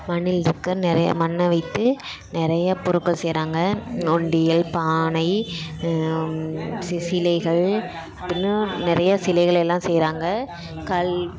மண்ணில் இருக்கிற நிறையா மண்ணை வைத்து நிறைய பொருட்கள் செய்கிறாங்க உண்டியல் பானை சி சிலைகள் இன்னும் நிறையா சிலைகளெல்லாம் செய்கிறாங்க கல்